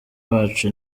bacu